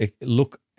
look